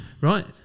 Right